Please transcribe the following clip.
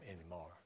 anymore